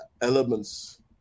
elements